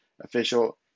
official